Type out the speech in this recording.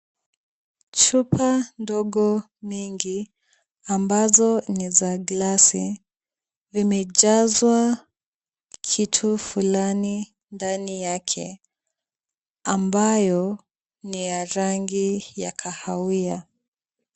Chupa ndogo mingi ambazo ni za glasi, zimejazwa kitu fulani ndani yake ambayo ni ya rangi ya kahawia.